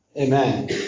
Amen